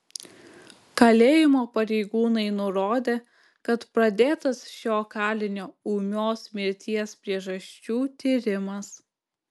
kalėjimo pareigūnai nurodė kad pradėtas šio kalinio ūmios mirties priežasčių tyrimas